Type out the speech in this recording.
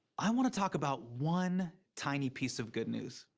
i want to talk about one tiny piece of good news.